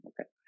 Okay